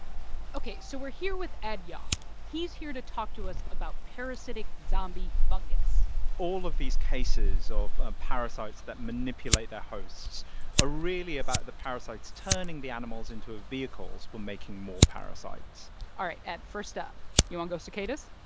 ok. so we're here with ed yong. he's here to talk to us about parasitic zombie fungus all of these cases of ah parasites that manipulate their hosts are really about the parasites turning the animals into ah vehicles for making more parasites all right. ed, first up you want to go cicadas?